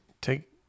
take